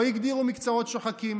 לא הגדירו מקצועות שוחקים,